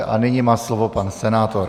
A nyní má slovo pan senátor.